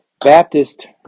baptist